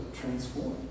transform